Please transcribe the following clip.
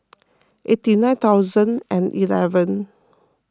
eighty nine thousand and eleven